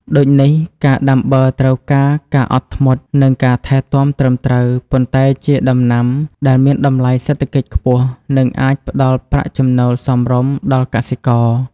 ដូចនេះ ការដាំបឺរត្រូវការការអត់ធ្មត់ និងការថែទាំត្រឹមត្រូវ ប៉ុន្តែជាដំណាំដែលមានតម្លៃសេដ្ឋកិច្ចខ្ពស់ និងអាចផ្ដល់ប្រាក់ចំណូលសមរម្យដល់កសិករ។